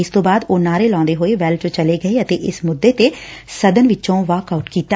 ਇਸ ਤੋਂ ਬਾਅਦ ਉਹ ਨਾਅਰੇ ਲਾਉਂਦੇ ਹੋਏ ਵੈਲ ਵਿਚ ਚਲੇ ਗਏ ਅਤੇ ਇਸ ਮੁੱਦੇ ਤੇ ਸਦਨ ਚੋਂ ਵਾਕ ਆਉਟ ਕੀਤਾ